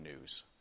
news